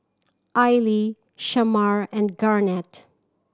Aili Shamar and Garnett